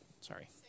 sorry